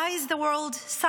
Why is the world silent?